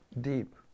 Deep